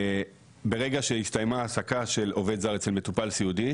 ברגע שהסתיימה ההעסקה של עובד זר אצל מטופל סיעוד,